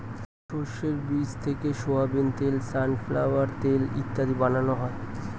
শস্যের বীজ থেকে সোয়াবিন তেল, সানফ্লাওয়ার তেল ইত্যাদি বানানো হয়